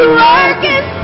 working